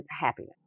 happiness